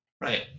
Right